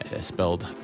spelled